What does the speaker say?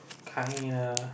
kinda